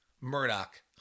Murdoch